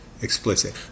explicit